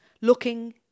looking